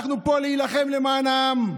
אנחנו פה כדי להילחם למען העם,